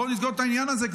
בוא נסגור את העניין הזה,